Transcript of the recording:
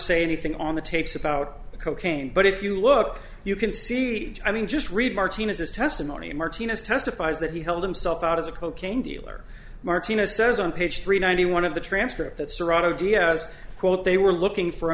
say anything on the tapes about cocaine but if you look you can see i mean just read martinez his testimony martinez testifies that he held himself out as a cocaine dealer martinez says on page three ninety one of the transcript that serato diaz quote they were looking for a